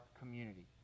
community